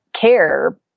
care